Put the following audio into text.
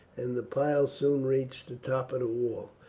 and the pile soon reached the top of the wall.